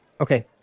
Okay